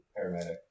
paramedic